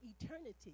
eternity